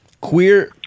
Queer